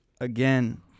again